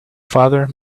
father